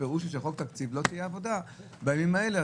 הפירוש הוא שעל חוק התקציב לא תהיה עבודה בימים האלה,